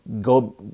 go